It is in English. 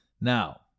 Now